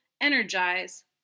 energize